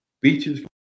beaches